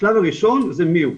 השלב הראשון זה מיהו,